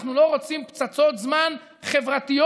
אנחנו לא רוצים פצצות זמן חברתיות,